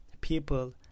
people